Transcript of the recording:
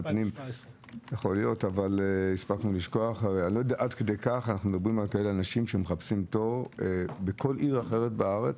אנחנו מדברים על אנשים שמחפשים תור בכל עיר אחרת בארץ.